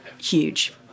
huge